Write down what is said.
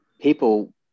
people